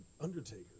Undertaker